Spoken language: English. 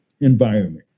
environment